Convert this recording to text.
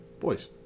Boys